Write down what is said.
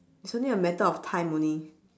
it's only a matter of time only